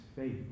faith